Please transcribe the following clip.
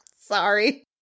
Sorry